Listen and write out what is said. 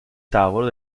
tavolo